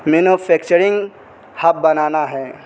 manufacturing hub بنانا ہے